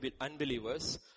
unbelievers